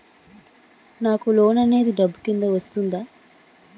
నాకు లోన్ అనేది డబ్బు కిందా వస్తుందా?